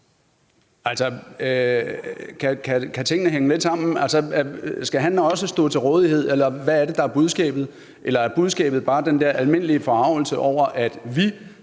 hvad er det, der er budskabet? Eller er budskabet bare den der almindelige forargelse over, at vi